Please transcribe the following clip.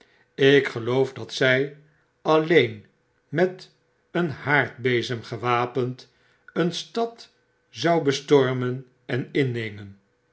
ik geloof dat zij alleen met een haardbezem gewapend een stad zou bestormen en innemen